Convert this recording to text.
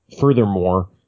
furthermore